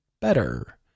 better